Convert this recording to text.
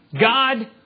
God